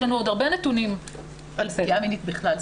יש לנו עוד הרבה נתונים על פגיעה מינית בכלל.